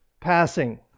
passing